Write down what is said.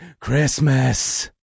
Christmas